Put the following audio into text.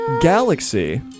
Galaxy